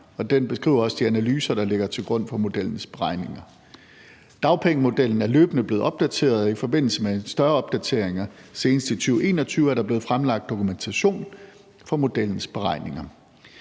og beskriver også de analyser, der ligger til grund for modellens beregninger. Dagpengemodellen er løbende blevet opdateret i forbindelse med større opdateringer. Senest i 2021 er der blevet fremlagt dokumentation for modellens beregninger.